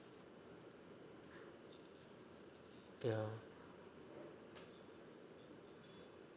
ya